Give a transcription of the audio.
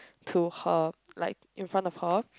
to her like in front of her